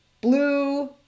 blue